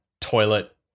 toilet